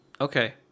okay